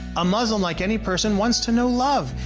a muslim, like any person, wants to know love,